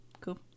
Cool